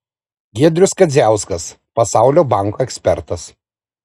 giedrius kadziauskas pasaulio banko ekspertas